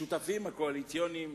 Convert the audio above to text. השותפים הקואליציוניים